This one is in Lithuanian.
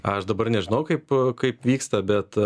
aš dabar nežinau kaip kaip vyksta bet